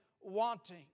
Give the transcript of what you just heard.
wanting